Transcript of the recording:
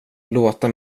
låta